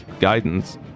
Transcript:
guidance